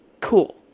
cool